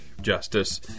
Justice